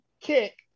kick